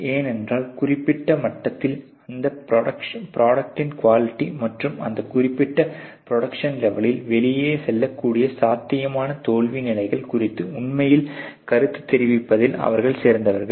ஏனென்றால் குறிப்பிட்ட மட்டத்தில் அந்த ப்ரோடக்ட்டின் குவாலிட்டி மற்றும் அந்த குறிப்பிட்ட ப்ரோடக்ஷன் லெவலில் வெளியே செல்லக்கூடிய சாத்தியமான தோல்வி நிலைகள் குறித்து உண்மையில் கருத்து தெரிவிப்பதில் அவர்கள் சிறந்தவர்கள்